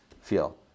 feel